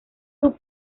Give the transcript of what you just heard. sus